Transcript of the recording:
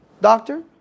doctor